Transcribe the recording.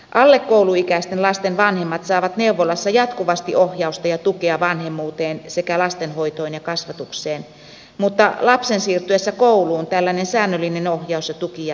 alle kouluikäisten lasten vanhemmat saavat neuvolassa jatkuvasti ohjausta ja tukea vanhemmuuteen sekä lastenhoitoon ja kasvatukseen mutta lapsen siirtyessä kouluun tällainen säännöllinen ohjaus ja tuki jäävät pois